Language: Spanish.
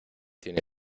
tiene